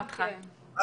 אותך לסוף.